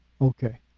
Okay